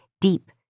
deep